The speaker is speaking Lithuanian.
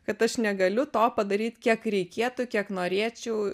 kad aš negaliu to padaryt kiek reikėtų kiek norėčiau